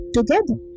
Together